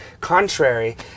contrary